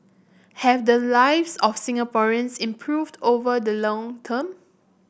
have the lives of Singaporeans improved over the long term